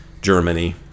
Germany